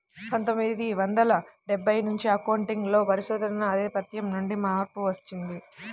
పందొమ్మిది వందల డెబ్బై నుంచి అకౌంటింగ్ లో పరిశోధనల ఆధిపత్యం నుండి మార్పు వచ్చింది